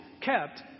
kept